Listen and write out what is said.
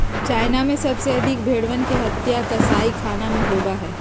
China में सबसे अधिक भेंड़वन के हत्या कसाईखाना में होबा हई